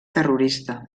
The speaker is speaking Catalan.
terrorista